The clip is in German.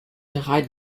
herein